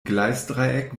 gleisdreieck